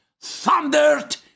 thundered